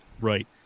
right